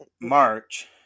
March